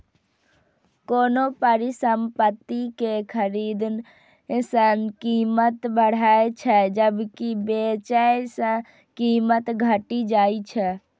कोनो परिसंपत्ति कें खरीदने सं कीमत बढ़ै छै, जबकि बेचै सं कीमत घटि जाइ छै